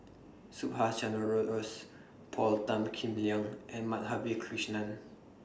Subhas Chandra Bose Paul Tan Kim Liang and Madhavi Krishnan